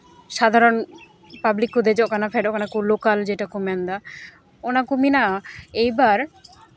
ᱥᱟᱫᱷᱟᱨᱚᱱ ᱯᱟᱵᱽᱞᱤᱠ ᱠᱚ ᱫᱮᱡᱚᱜ ᱠᱟᱱᱟ ᱯᱷᱮᱰᱚᱜ ᱠᱚ ᱞᱳᱠᱟᱞ ᱡᱮᱴᱟ ᱠᱚ ᱢᱮᱱᱫᱟ ᱚᱱᱟᱠᱚ ᱢᱮᱱᱟᱜᱼᱟ ᱮᱭᱵᱟᱨ